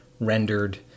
Rendered